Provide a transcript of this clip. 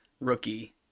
rookie